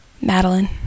Madeline